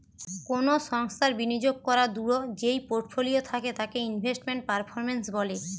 কোনো সংস্থার বিনিয়োগ করাদূঢ় যেই পোর্টফোলিও থাকে তাকে ইনভেস্টমেন্ট পারফরম্যান্স বলে